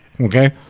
okay